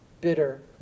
bitter